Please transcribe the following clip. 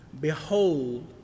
Behold